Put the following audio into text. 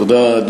תודה.